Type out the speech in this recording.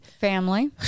Family